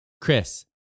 Chris